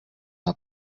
our